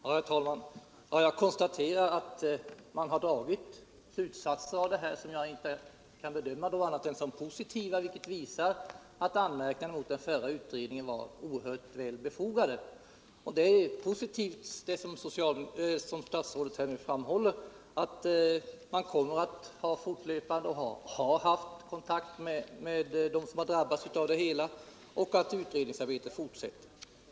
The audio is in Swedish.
Herr talman! Jag konstaterar att man har dragit slutsatser som jag inte kan bedöma som annat än positiva, vilket visar att anmärkningarna mot den förra utredningen var synnerligen välbefogade. Vad statsrådet nu framhållit är positivt, nämligen att man har haft och kommer att ha fortlöpande kontakt med dem som drabbats och att utredningsarbetet fortsätter.